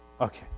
Okay